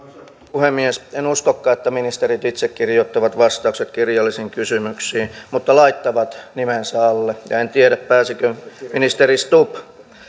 puhemies en uskokaan että ministerit itse kirjoittavat vastaukset kirjallisiin kysymyksiin vaan laittavat nimensä alle en tiedä pääsikö ministeri stubb